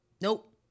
Nope